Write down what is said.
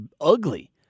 ugly